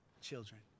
children